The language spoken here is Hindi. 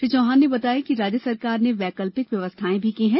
श्री चौहान ने बताया कि राज्य सरकार ने वैकल्पिक व्यस्थाएं भी की हैं